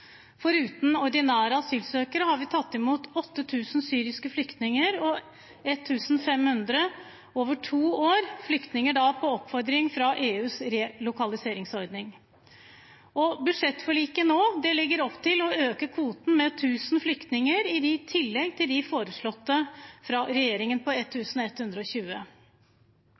Foruten ordinære asylsøkere har vi tatt imot 8 000 syriske flyktninger og 1 500 flyktninger over to år på oppfordring fra EUs relokaliseringsordning. Budsjettforliket nå legger opp til å øke kvoten med 1 000 flyktninger i tillegg til de foreslåtte av regjeringen på